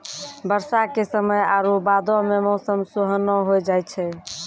बरसा के समय आरु बादो मे मौसम सुहाना होय जाय छै